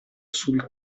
sul